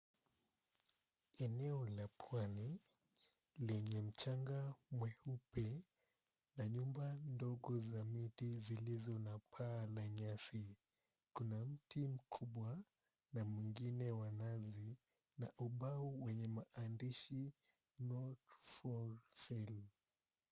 Eneo la pwani, lenye mchanga mweupe na nyumba ndogo za miti zilizo na paa na nyasi. Kuna mti mkubwa na mwingine wa nazi na ubao wenye maandishi not for sale .